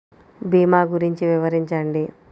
భీమా గురించి వివరించండి?